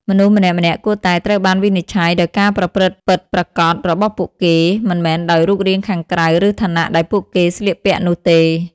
មនុស្សម្នាក់ៗគួរតែត្រូវបានវិនិច្ឆ័យដោយការប្រព្រឹត្តពិតប្រាកដរបស់ពួកគេ មិនមែនដោយរូបរាងខាងក្រៅឬឋានៈដែលពួកគេស្លៀកពាក់នោះទេ។